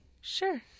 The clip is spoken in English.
Sure